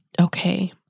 okay